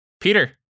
Peter